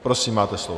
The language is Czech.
Prosím, máte slovo.